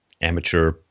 amateur